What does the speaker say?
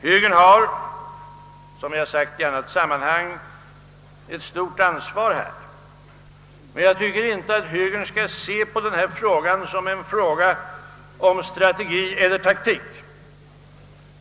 Högern har, som jag har sagt i annat sammanhang, härvidlag ett stort ansvar. Men jag tycker inte att högern skall se det här problemet som en fråga om strategi eller taktik.